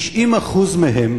90% מהם